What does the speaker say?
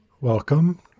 Welcome